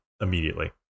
immediately